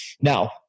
Now